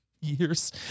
years